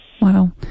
Wow